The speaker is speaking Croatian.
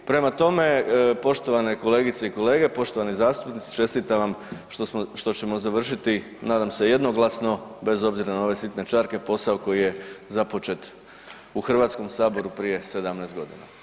Prema tome, poštovane kolegice i kolege, poštovani zastupnici čestitam vam što ćemo završiti nadam se jednoglasno, bez obzira na ove sitne čarke posao koji je započet u HS prije 17 godina.